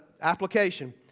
application